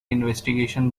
investigation